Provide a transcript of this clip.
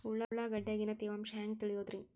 ಉಳ್ಳಾಗಡ್ಯಾಗಿನ ತೇವಾಂಶ ಹ್ಯಾಂಗ್ ತಿಳಿಯೋದ್ರೇ?